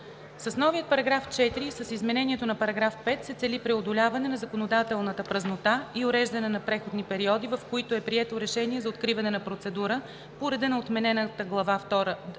С новия § 4 и с изменението на § 5 се цели преодоляване на законодателната празнота и уреждане на преходните периоди, в които е прието решение за откриване на процедура по реда на отменената Глава